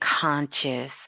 conscious